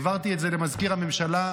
העברתי את זה למזכיר הממשלה.